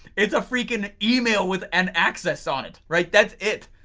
it's a freaking email with an access on it, right. that's it,